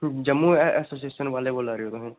hello Jammu association आह्ले बोल्ला दे तुस